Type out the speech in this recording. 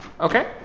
Okay